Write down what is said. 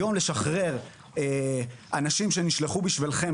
היום לשחרר אנשים שנשלחו בשבילכם,